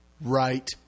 right